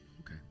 Okay